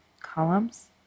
columns